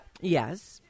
Yes